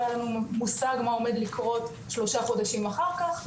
לא היה לנו מושג מה עומד לקרות שלושה חודשים אחר כך,